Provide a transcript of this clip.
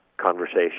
conversation